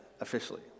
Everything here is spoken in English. officially